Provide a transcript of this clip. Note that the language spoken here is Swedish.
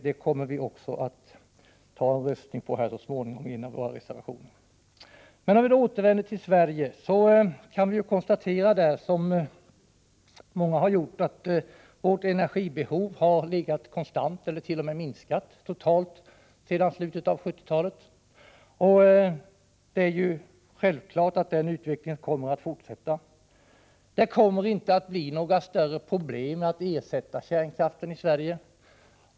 Det kommer vi också att ta en röstning om så småningom — när det gäller en av våra reservationer. När vi återvänder till situationen i Sverige så kan vi konstatera, som många har gjort, att vårt energibehov har varit konstant, eller t.o.m. minskat totalt, sedan slutet av 70-talet. Och det är självklart att den utvecklingen kommer att fortsätta. Det kommer inte att bli några större problem med att ersätta kärnkraften i Sverige.